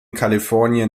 kalifornien